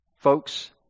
Folks